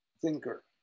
thinker